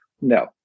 No